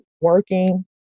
working